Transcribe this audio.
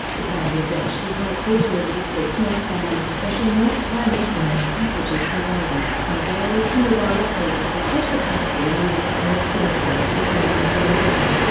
the bangladeshi high court ordered a six month ban on special night-time internet packages provided by various mobile operators across the country in order to curb suicides resulting from the game.